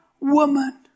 woman